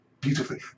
beautifully